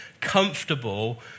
comfortable